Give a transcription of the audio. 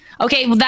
Okay